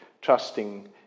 trusting